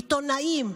עיתונאים,